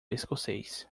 escocês